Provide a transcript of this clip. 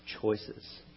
choices